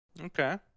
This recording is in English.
okay